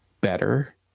better